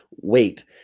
Wait